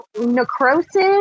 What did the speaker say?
necrosis